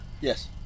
Yes